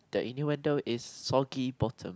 that innuendo is sulky bottom